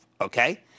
okay